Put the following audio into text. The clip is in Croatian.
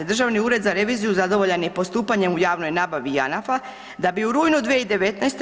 Državni ured za reviziju zadovoljan je postupanjem u javnoj nabavi Janafa da bi u rujnu 2019.